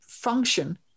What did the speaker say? function